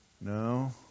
No